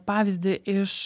pavyzdį iš